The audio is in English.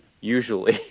usually